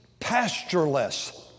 pastureless